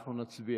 אנחנו נצביע.